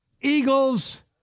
Eagles